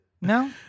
No